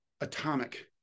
Atomic